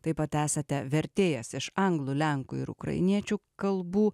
taip pat esate vertėjas iš anglų lenkų ir ukrainiečių kalbų